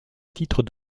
titre